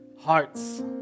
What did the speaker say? hearts